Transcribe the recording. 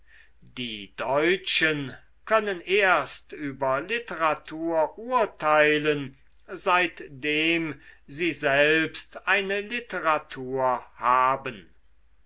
die deutschen können erst über literatur urteilen seitdem sie selbst eine literatur haben